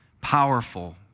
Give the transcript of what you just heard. Powerful